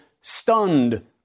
stunned